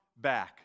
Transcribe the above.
back